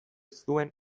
zuen